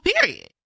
period